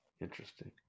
interesting